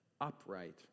upright